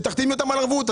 תחתימי אותם על ערבות.